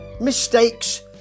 mistakes